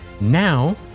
Now